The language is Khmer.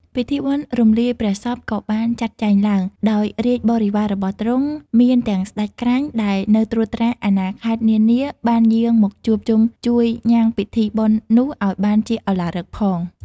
ពិធីបុណ្យរំលាយព្រះសពក៏បានចាត់ចែងឡើង ដោយរាជបរិវាររបស់ទ្រង់ មានទាំងស្ដេចក្រាញ់ ដែលនៅត្រួតត្រាអាណាខេត្តនានាបានយាងមកជួបជុំជួយញ៉ាំងពិធីបុណ្យនោះឲ្យបានជាឧឡារិកផង ។